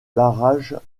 barrages